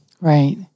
Right